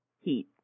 heat